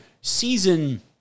season